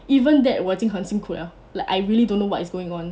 even that 我已经很辛苦了 like I really don't know what is going on